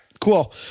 cool